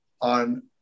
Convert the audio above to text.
on